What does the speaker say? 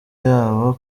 yabo